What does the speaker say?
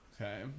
Okay